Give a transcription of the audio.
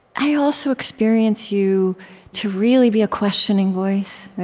i also experience you to really be a questioning voice,